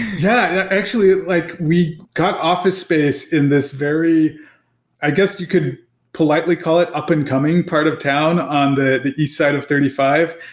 yeah actually, like we got office space in this very i guess you could politely call it up-and-coming part of town on the the east side of thirty five.